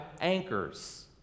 anchors